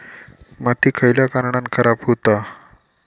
माती खयल्या कारणान खराब हुता?